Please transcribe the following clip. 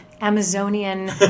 Amazonian